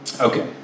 Okay